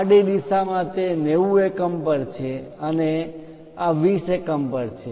આડી દિશામાં તે 90 એકમ પર છે અને આ 20 એકમ પર છે